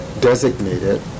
designated